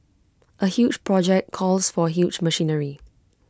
A huge project calls for huge machinery